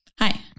Hi